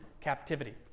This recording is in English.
captivity